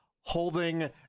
holding